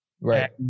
Right